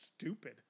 stupid